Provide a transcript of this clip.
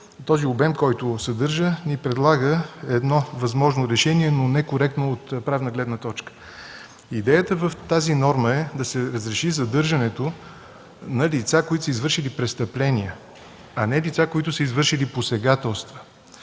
този обем, който съдържа, ни предлага едно възможно решение, но некоректно от правна гледна точка. Идеята в тази норма е да се разреши задържането на лица, които са извършили престъпление, а не лица, които са извършили посегателства.